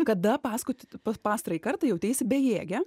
kada paskui pas pastarąjį kartą jauteisi bejėgė